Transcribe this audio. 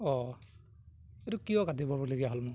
অঁ এইটো কিয় কাটিবলগীয়া হ'লনো